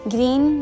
Green